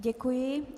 Děkuji.